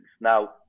Now